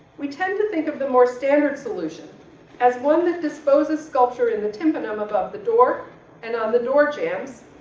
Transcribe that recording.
we tend to think of the more standard solution as one that disposes sculpture in the tympanum above the door and on the door jambs,